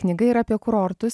knyga yra apie kurortus